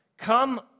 Come